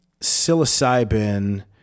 psilocybin